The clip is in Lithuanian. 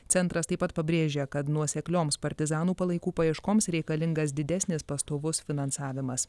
centras taip pat pabrėžia kad nuoseklioms partizanų palaikų paieškoms reikalingas didesnis pastovus finansavimas